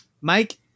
mike